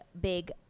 big